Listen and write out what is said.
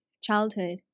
childhood